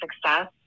success